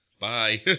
bye